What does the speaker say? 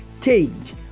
change